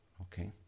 Okay